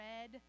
red